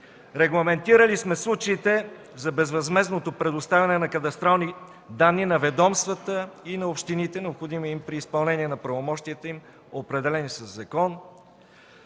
Регламентирали сме случаите за безвъзмездното предоставяне на кадастрални данни на ведомствата и на общините, необходими им при изпълнение на техните правомощия, определени със закон.